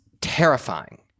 terrifying